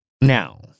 now